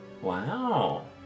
Wow